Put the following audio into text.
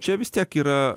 čia vis tiek yra